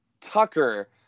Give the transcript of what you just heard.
Tucker